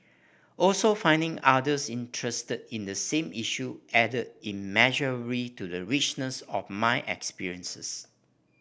also finding others interested in the same issue added immeasurably to the richness of my experiences